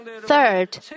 Third